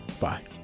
bye